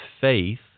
faith